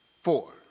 four